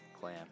clam